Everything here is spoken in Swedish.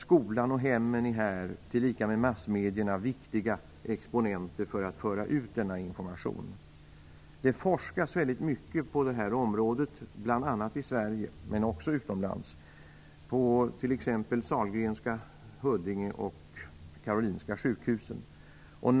Skolan och hemmen tillika med massmedierna är här viktiga exponenter för att föra ut denna information. Det forskas mycket på detta område, både i Sverige och utomlands. Forskning bedrivs på t.ex. Sahlgrenska och Karolinska sjukhusen samt Huddinge sjukhus.